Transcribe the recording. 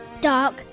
Dark